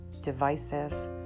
divisive